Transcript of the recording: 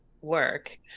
work